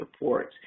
reports